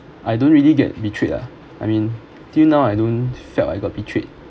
I don't really get betrayed ah I mean till now I don't felt I got betrayed